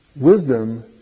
Wisdom